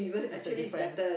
is a different